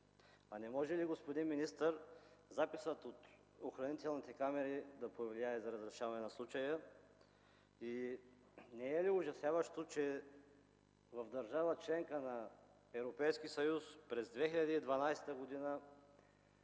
А не може ли, господин министър, записът от охранителните камери да повлияе за разрешаване на случая? Не е ли ужасяващо, че в държава – членка на Европейския